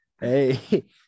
hey